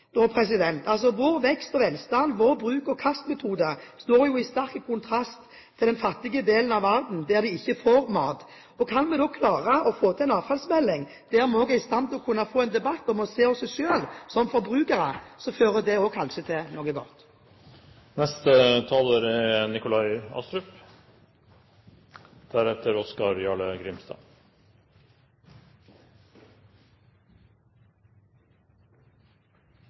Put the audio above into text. vår vekst og velstand, vår bruk-og-kastmetode, står i sterk kontrast til den fattige delen av verden, der de ikke får mat. Kan vi få en avfallsmelding og også være i stand til å få en debatt om å se oss selv som forbrukere, fører det også kanskje til noe godt. Altfor lenge har avfall blitt vurdert som et miljøproblem, når det i like stor grad er